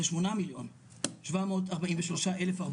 זה סעיף 149(א).